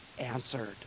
answered